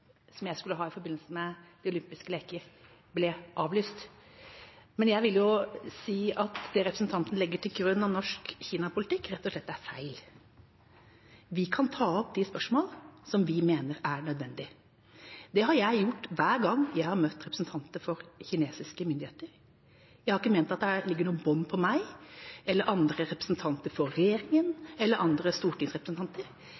som jeg skulle ha i forbindelse med De olympiske leker, ble avlyst. Men jeg vil jo si at det representanten legger til grunn av norsk Kina-politikk, rett og slett er feil. Vi kan ta opp de spørsmål vi mener er nødvendig. Det har jeg gjort hver gang jeg har møtt representanter for kinesiske myndigheter. Jeg har ikke ment at det ligger noen bånd på meg, andre representanter for